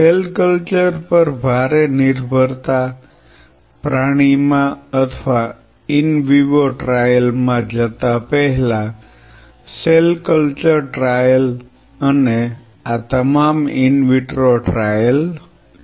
cell culture પર ભારે નિર્ભરતા પ્રાણીમાં અથવા ઈન વિવો ટ્રાયલ માં જતા પહેલા સેલ કલ્ચર ટ્રાયલ અને આ તમામ ઈન વિટ્રો ટ્રાયલ છે